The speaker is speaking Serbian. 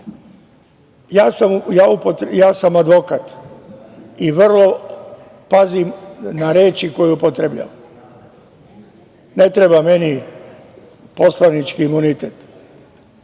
sam advokat i vrlo pazim na reči koje upotrebljavam. Ne treba meni poslanički imunitet,